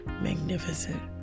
magnificent